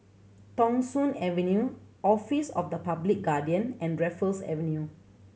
Thong Soon Avenue Office of the Public Guardian and Raffles Avenue